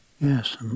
Yes